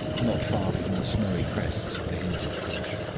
not far from the snowy crests of the hindoo koosh.